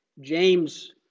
James